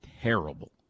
terrible